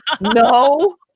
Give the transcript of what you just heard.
No